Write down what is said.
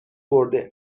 برده